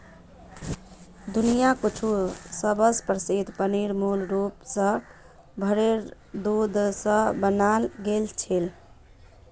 दुनियार कुछु सबस प्रसिद्ध पनीर मूल रूप स भेरेर दूध स बनाल गेल छिले